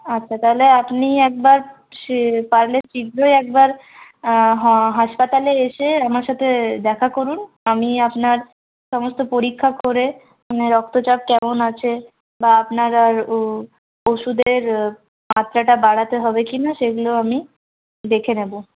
আচ্ছা তাহলে আপনি একবার সে পারলে শীঘ্রই একবার হাসপাতালে এসে আমার সাথে দেখা করুন আমি আপনার সমস্ত পরীক্ষা করে মানে রক্তচাপ কেমন আছে বা আপনার আর ওষুধের মাত্রাটা বাড়াতে হবে কি না সেগুলো আমি দেখে নেব